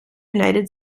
united